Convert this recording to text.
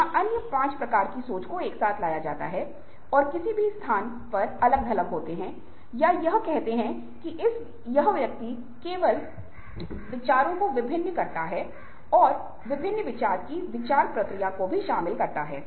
यदि सफलता का कोई एक रहस्य है तो यह दूसरे व्यक्ति की बात को प्राप्त करने और उस व्यक्ति के कोण से चीजों को देखने के साथ साथ हमारे स्वयं के दृष्टिकोण से भी देखने की क्षमता में निहित है